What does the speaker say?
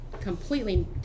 completely